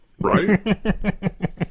Right